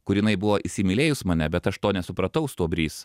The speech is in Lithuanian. kur jinai buvo įsimylėjus mane bet aš to nesupratau stuobrys